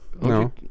No